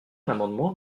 l’amendement